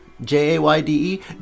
j-a-y-d-e